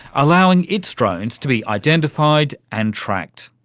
allowing its drones to be identified and tracked.